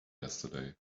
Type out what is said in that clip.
yesterday